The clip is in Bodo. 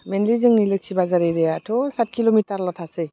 मेनलि जोंनि लोखि बाजार एरियायाथ' साथ किल'मिटारल' थासै